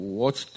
watch